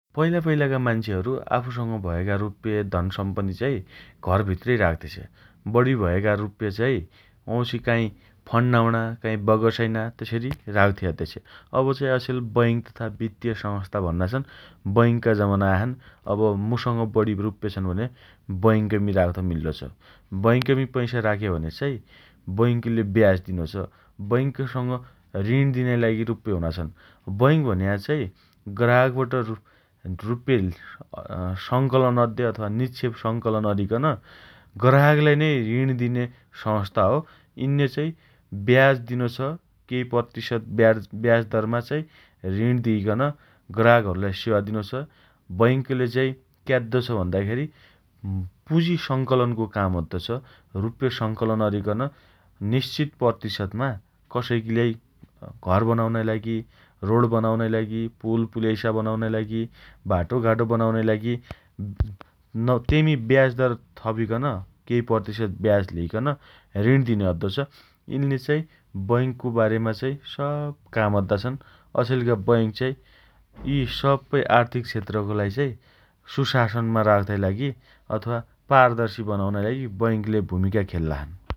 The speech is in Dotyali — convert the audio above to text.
पैला पैलाका मान्छेहरु आफूसँग भएका रुप्पे धन सम्पत्ति चाइ घरभित्रै राख्तेछे । बढी भएका रुप्पे चाइ वाउँछि काई फण्न्नाउम्णा, बगसैना तेसइ अरि राख्ते अद्देछे । अब चाइ अछेल बैंक तथा वित्तीय संस्था भन्ना छन् । बैंकका जमाना आया छन् । अब मुसँग बढी रुप्पे छन् भने बैंकमी राख्त मिल्लोछ । बैंकमी पैसा राख्यो भने चाइ बैंकले ब्याज दिनोछ । बैंकसँग ऋण दिनाइ लागि रुप्पे हुनाछन् । बैंक भन्या चाइ ग्राहकबाट रु रुप्पे अँ संकलन अद्दे अथवा निक्षेप संकलन अरिकन ग्राहकलाई नै ऋण दिने संस्था हो । यिन्ने ब्याज दिनोछ । केही प्रतिशत ब्याज ब्याजदरमा चाइ ऋण दिइकन ग्राहकहरुलाई सेवा दिनोछ । बैंकले चाइ क्याद्दो छ भन्दाखेरी पुँजी संकलनको काम अद्दो छ । रुप्पे संकलन अरिकन निश्चित प्रतिशतमा कसैगीलाई घर बनाउनाइ लागि रोड बनाउनाइ लागि पुल पुलैसा बनाउनाइ लागि बाटोघाटो बनाउनाइ लागि न तेइमी ब्याजदर थपिकन केइ प्रतिशत ब्याज लिइकन ऋण दिने अद्दोछ । यिन्ले चाइ बैंकको बारेमा चाइ सब काम अद्दा छन् । अछेलका बैंक यी सबै आर्थिक क्षेत्रका लागि चाइ सशासनमा राख्ताइ लागि अथवा पारदर्शी बनाउनाइ लागि बैंकले भूमिका खेल्ला छन् ।